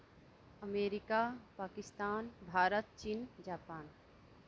America Pakistan Bharat चीन Japan